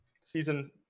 season